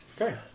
Okay